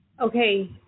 Okay